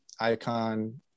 icon